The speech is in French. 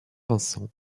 vincent